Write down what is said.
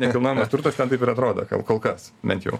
nekilnojamas turtas ten taip ir atrodo kal kol kas bent jau